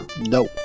Nope